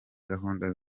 gahunda